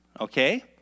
okay